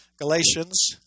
Galatians